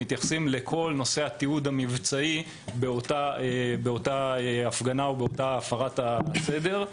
מתייחס לכל נושא התיעוד המבצעי באותה הפגנה או הפרת סדר.